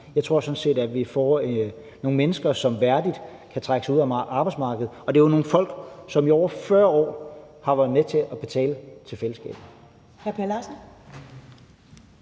Jeg tror sådan set, at vi får nogle mennesker, som værdigt kan trække sig ud af arbejdsmarkedet. Det er jo nogle folk, som i over 40 år har været med til at betale til fællesskabet.